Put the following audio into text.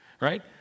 Right